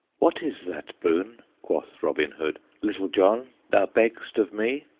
what is that boon, quoth robin hood, little john, thou begst of me?